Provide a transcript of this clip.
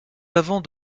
avons